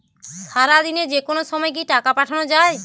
সারাদিনে যেকোনো সময় কি টাকা পাঠানো য়ায়?